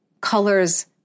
colors